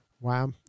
Wow